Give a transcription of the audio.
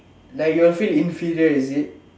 like you will feel inferior is it